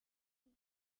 keys